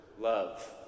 love